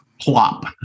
Plop